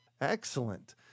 Excellent